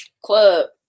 club